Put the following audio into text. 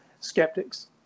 skeptics